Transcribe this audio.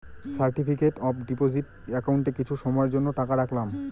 certificate of deposit একাউন্টে কিছু সময়ের জন্য টাকা রাখলাম